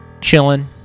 chilling